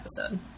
episode